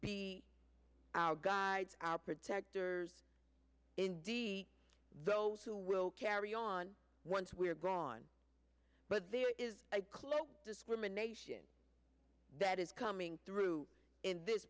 be our guides our protectors indeed those who will carry on once we're gone but there is a close discrimination that is coming through in this